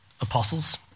apostles